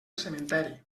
cementeri